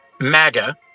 MAGA